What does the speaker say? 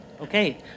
Okay